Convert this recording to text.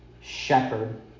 shepherd